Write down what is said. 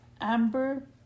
amber